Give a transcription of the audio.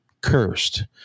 cursed